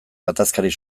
gatazkarik